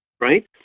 right